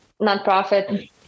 nonprofit